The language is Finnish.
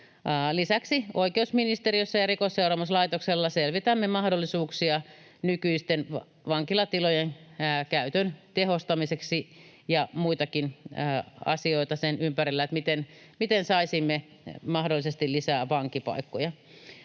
Lisäksi oikeusministeriössä ja Rikosseuraamuslaitoksella selvitämme mahdollisuuksia nykyisten vankilatilojen käytön tehostamiseksi ja muitakin asioita sen ympärillä, miten saisimme mahdollisesti lisää vankipaikkoja.